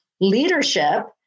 leadership